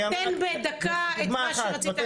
תן בדקה את מה שרצית להגיד.